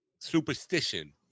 superstition